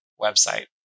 website